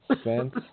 Spence